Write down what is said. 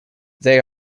they